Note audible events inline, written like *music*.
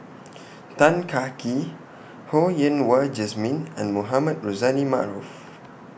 *noise* Tan Kah Kee Ho Yen Wah Jesmine and Mohamed Rozani Maarof